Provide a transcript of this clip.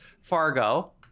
Fargo